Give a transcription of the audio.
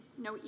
no